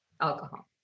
Alcohol